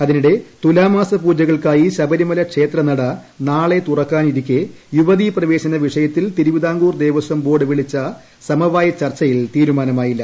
അതിനിടെ തുലാമാസ പൂജകൾക്കായി ശബരിമല ക്ഷേത്രനട നാളെ തുറക്കാനിരിക്കെ യുവതീ പ്രവേശന വിഷയത്തിൽ തിരുവിതാംകൂർ ദേവസ്വം ബോർഡ് വിളിച്ച സമവായ ചർച്ചയിൽ തീരുമാനമായില്ല